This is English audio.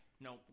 Nope